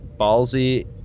ballsy